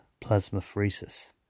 plasmapheresis